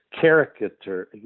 character